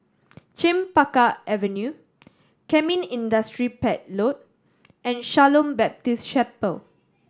Chempaka Avenue Kemin Industries Pte Ltd and Shalom Baptist Chapel